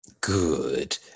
Good